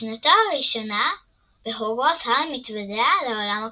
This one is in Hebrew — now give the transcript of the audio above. בשנתו הראשונה בהוגוורטס הארי מתוודע לעולם הקוסמים,